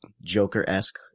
Joker-esque